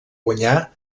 guanyar